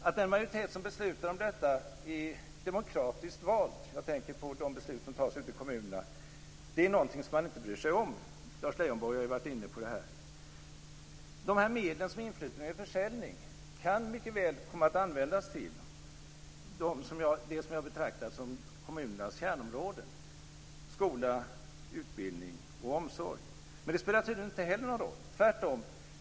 Att den majoritet som beslutar om detta - och då tänker jag på de beslut som fattas ute i kommunerna - är demokratiskt vald är någonting som man inte bryr sig om. Lars Leijonborg har ju varit inne på det. De medel som inflyter vid en försäljning kan mycket väl komma att användas till det som jag betraktar som kommunernas kärnområden, skola, utbildning och omsorg. Men det spelar tydligen inte heller någon roll - tvärtom.